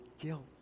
guilt